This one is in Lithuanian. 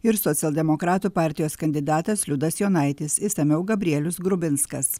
ir socialdemokratų partijos kandidatas liudas jonaitis išsamiau gabrielius grubinskas